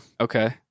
Okay